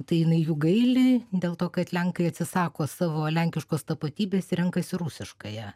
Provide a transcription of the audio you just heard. tai jinai jų gaili dėl to kad lenkai atsisako savo lenkiškos tapatybės renkasi rusiškąją